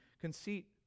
conceit